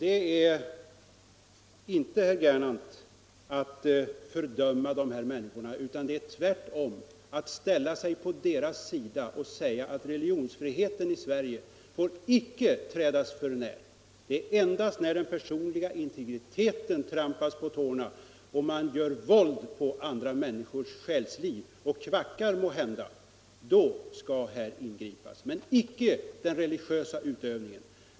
Det är inte att fördöma dessa människor, herr Gernandt, tvärtom är det att ställa sig på deras sida när jag säger att religionsfriheten i Sverige icke får trädas för när. Det är endast när den personliga integriteten trampas på tårna och man gör våld på andra människors själsliv och kanske ”kvackar” som vi skall ingripa. Det skall vi inte göra mot den religiösa utövningen.